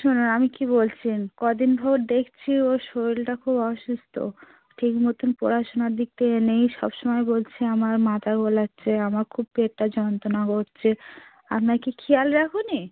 শুনুন আমি কী বলছি কদিন ধরে দেখছি ওর শরীরটা খুব অসুস্থ ঠিক মতন পড়াশুনার দিক থেকে নেই সব সময় বলছে আমার মাথা গোলাচ্ছে আমার খুব পেটটা যন্ত্রণা করছে আপনারা কি খেয়াল রাখেন না